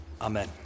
Amen